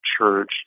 church